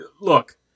look